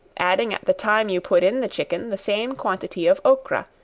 adding at the time you put in the chicken the same quantity of ocra,